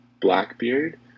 Blackbeard